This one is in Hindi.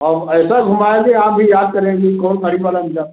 हम ऐसा घुमायेंगे आप याद करेंगे कौन गाड़ी वाला मिला था